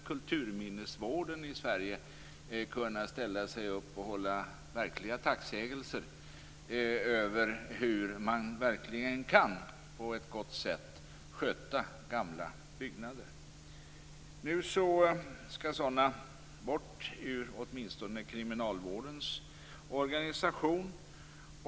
Kulturminnesvården i Sverige skulle kunna ställa sig upp och hålla tacksägelser över hur man verkligen på ett gott sätt kan sköta gamla byggnader. Nu skall sådana byggnader bort, åtminstone från kriminalvårdens organisation.